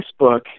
Facebook